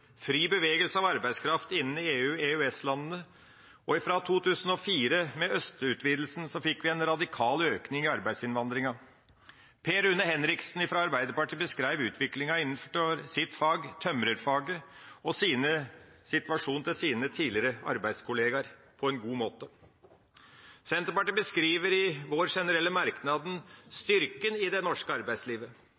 fri bevegelse av arbeidskraft innen EU/EØS-landene. Fra 2004, med østutvidelsen, fikk vi en radikal økning i arbeidsinnvandringa. Per Rune Henriksen fra Arbeiderpartiet beskrev utviklinga innenfor sitt fag, tømrerfaget, og situasjonen til sine tidligere arbeidskollegaer på en god måte. Vi i Senterpartiet beskriver i våre generelle merknader styrken i det norske arbeidslivet.